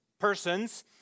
persons